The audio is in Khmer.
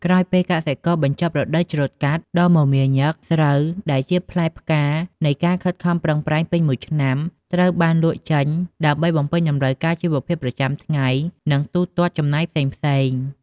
ក្រោយពេលកសិករបានបញ្ចប់រដូវច្រូតកាត់ដ៏មមាញឹក ស្រូវដែលជាផ្លែផ្កានៃការខិតខំប្រឹងប្រែងពេញមួយឆ្នាំ ត្រូវបានលក់ចេញដើម្បីបំពេញតម្រូវការជីវភាពប្រចាំថ្ងៃ និងទូទាត់ចំណាយផ្សេងៗ។